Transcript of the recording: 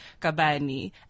Kabani